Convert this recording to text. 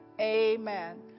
Amen